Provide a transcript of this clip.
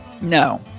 No